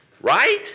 Right